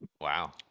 Wow